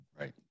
Right